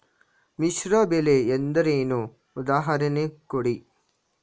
ಮಿಶ್ರ ಬೆಳೆ ಎಂದರೇನು, ಉದಾಹರಣೆ ಕೊಡಿ?